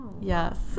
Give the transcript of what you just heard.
yes